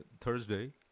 Thursday